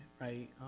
right